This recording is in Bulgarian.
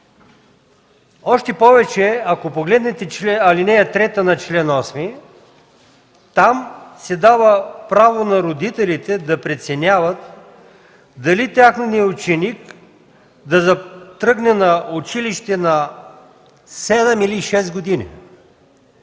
Още повече, ако погледнете ал. 3 на чл. 8, там се дава право на родителите да преценяват дали техният ученик да тръгне на училище на седем или